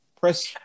press